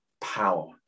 power